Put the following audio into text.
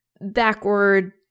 backward